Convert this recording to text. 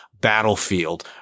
Battlefield